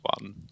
one